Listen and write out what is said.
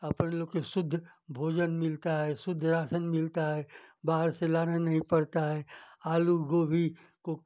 अपन लोग को शुद्ध भोजन मिलता है शुद्ध राशन मिलता है बाहर से लाना नहीं पड़ता है आलू गोभी को